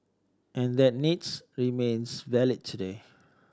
and that needs remains valid today